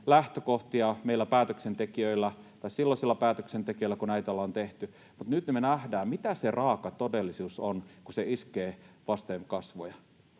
lähtökohtia silloisilla päätöksentekijöillä, kun näitä ollaan tehty, mutta nyt me nähdään, mitä se raaka todellisuus on, kun se iskee vasten kasvoja.